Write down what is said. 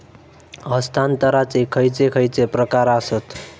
हस्तांतराचे खयचे खयचे प्रकार आसत?